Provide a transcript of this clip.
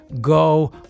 go